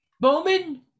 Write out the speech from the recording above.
Bowman